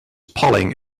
polling